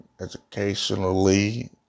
educationally